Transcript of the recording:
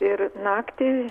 ir naktį